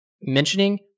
mentioning